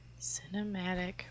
Cinematic